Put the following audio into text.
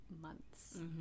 months